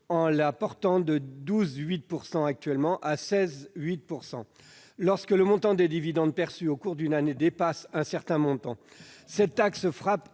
en la portant de 12,8 % à 16,8 %, lorsque le montant des dividendes perçus au cours d'une année dépasse un certain montant. Cette taxe frappe